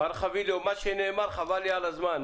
מר חביליו, מה שנאמר חבל לי על הזמן.